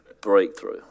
breakthrough